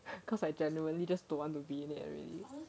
cause I genuinely just don't want to be in it already